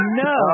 no